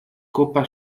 copa